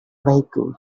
vehicles